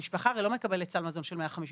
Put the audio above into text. המשפחה הרי לא מקבלת סל מזון של 150 שקלים,